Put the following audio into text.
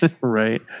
right